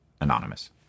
anonymous